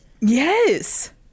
yes